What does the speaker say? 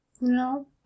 No